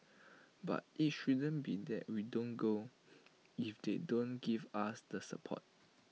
but IT shouldn't be that we don't go if they don't give us the support